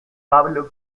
pablo